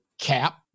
cap